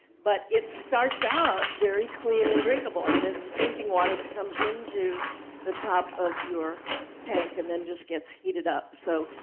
but it starts out very clean and drinkable. i mean, it is drinking water that comes into the top of your tank and then just gets heated up. so,